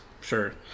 Sure